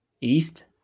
East